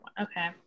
okay